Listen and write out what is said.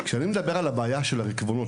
כשאני מדבר על הבעיה של הרקבונות,